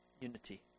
unity